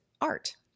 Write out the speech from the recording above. art